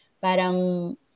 parang